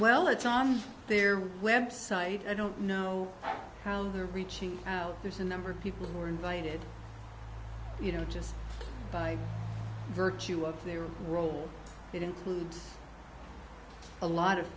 well it's on their website i don't know how they're reaching out there's a number of people who are invited you know just by virtue of their role that includes a lot of